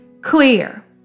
clear